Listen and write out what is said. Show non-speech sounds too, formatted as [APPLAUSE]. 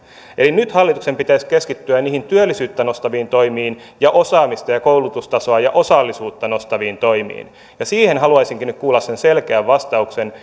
eli nyt hallituksen pitäisi keskittyä niihin työllisyyttä nostaviin toimiin ja osaamista koulutustasoa ja osallisuutta nostaviin toimiin ja siihen haluaisinkin nyt kuulla selkeän vastauksen [UNINTELLIGIBLE]